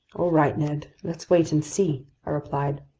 all right, ned, let's wait and see! i replied.